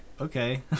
okay